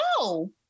no